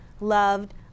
loved